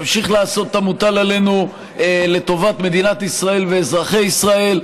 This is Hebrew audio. תמשיך לעשות את המוטל עלינו לטובת מדינת ישראל ואזרחי ישראל,